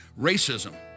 racism